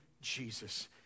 Jesus